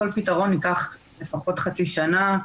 ייקח לפחות חצי שנה,